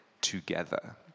together